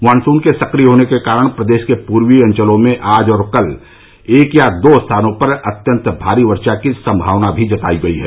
monsoon के सक्रिय होने के कारण प्रदेश के पूर्वी अंचलों में आज और कल एक या दो स्थानों पर अत्यंत भारी वर्षा की संभावना भी जतायी गयी है